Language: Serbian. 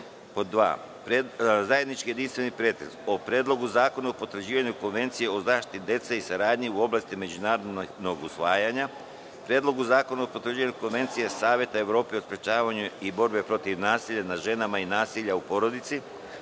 reda).Zajednički jedinstveni pretres o: Predlogu zakona o potvrđivanju Konvencije o zaštiti dece i saradnji u oblasti međunarodnog usvojenja; Predlogu zakona o potvrđivanju Konvencije Saveta Evrope o sprečavanju i borbi protiv nasilja nad ženama i nasilja u porodici;